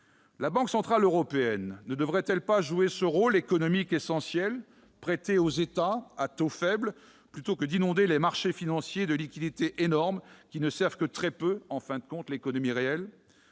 La Banque centrale européenne ne devrait-elle pas jouer ce rôle économique essentiel, prêter aux États à taux faible plutôt que d'inonder les marchés financiers de liquidités énormes qui ne servent que très peu l'économie réelle ?